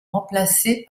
remplacés